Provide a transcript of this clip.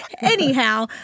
anyhow